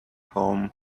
home